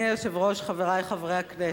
אדוני היושב-ראש, חברי חברי הכנסת,